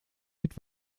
mit